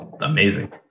Amazing